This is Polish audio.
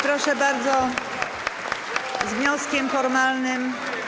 Proszę bardzo, z wnioskiem formalnym.